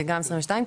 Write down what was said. וגם של 2022,